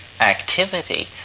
activity